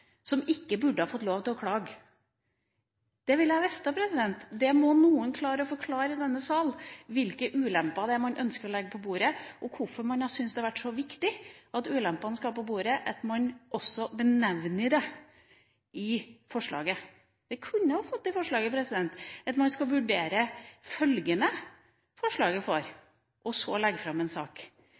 som ikke burde ha fått lov til å klage? Det vil jeg vite. Noen i denne sal må klare å forklare hvilke ulemper man ønsker å legge på bordet, og hvorfor man syns det har vært så viktig at ulempene skal på bordet at man også nevner det i forslaget. Vi kunne ha fått et forslag om at man skal vurdere følgene forslaget får, og så legge fram en sak,